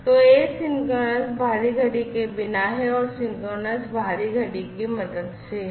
तो एसिंक्रोनस बाहरी घड़ी के बिना है और सिंक्रोनस बाहरी घड़ी की मदद से है